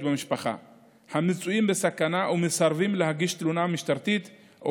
במשפחה שנתונים בסכנה ומסרבים להגיש תלונה למשטרה או